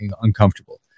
uncomfortable